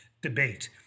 debate